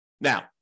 Now